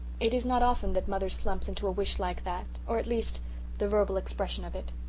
it is not often that mother slumps into a wish like that or at least the verbal expression of it.